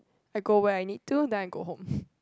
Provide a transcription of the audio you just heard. I go where I need to and then I go home